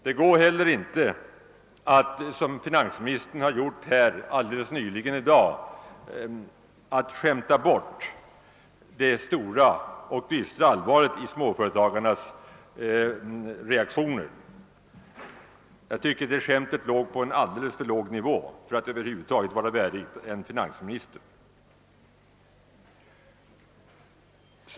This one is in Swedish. Det går heller inte att som finansministern nyligen här i dag skämta bort det stora och dystra allvaret i småföretagarnas reaktioner. Jag tycker att det skämtet låg på en alldeles för låg nivå för att över huvud taget vara värdigt en finansminister.